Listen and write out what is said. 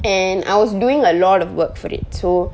and I was doing a lot of work for it so